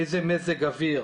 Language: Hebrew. איזה מזג אוויר,